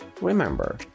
Remember